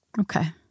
Okay